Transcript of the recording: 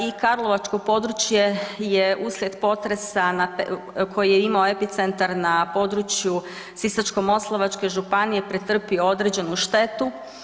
I karlovačko područje je uslijed potresa koji je imao epicentar na području Sisačko-moslavačke županije pretrpio određenu štetu.